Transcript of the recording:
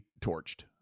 torched